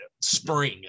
spring